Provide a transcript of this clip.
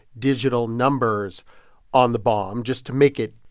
digital numbers on the bomb just to make it,